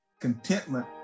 Contentment